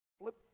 Flip